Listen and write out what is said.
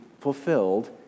fulfilled